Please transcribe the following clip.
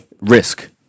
risk